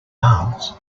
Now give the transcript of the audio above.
aunts